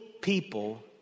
people